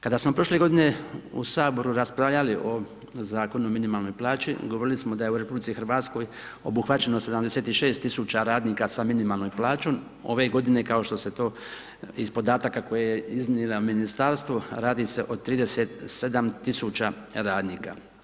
Kada smo prošle g. u Saboru raspravljali o Zakonu o minimalnoj plaći, govorili smo da je u RH, obuhvaćeno 76 tisuća radnika sa minimalnoj plaćom, ove g. kao što se to iz podataka koje je iznijelo ministarstvo, radi se o 37 tisuća radnika.